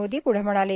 मोदी पुढं म्हणाले